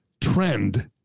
trend